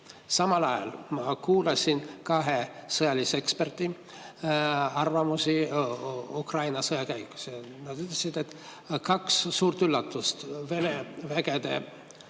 Samal ajal ma kuulasin kahe sõjalise eksperdi arvamusi Ukraina sõja käigust. Nad ütlesid, et kaks asja – Vene vägede